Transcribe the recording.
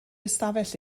ystafell